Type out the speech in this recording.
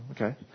okay